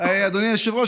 אדוני היושב-ראש,